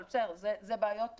אבל זה בעיות טובות.